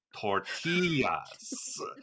tortillas